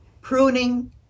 pruning